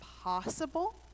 possible